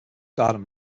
garden